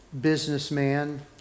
businessman